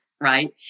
Right